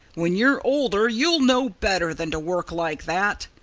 when you're older you'll know better than to work like that,